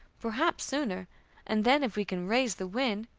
perhaps sooner and then, if we can raise the wind,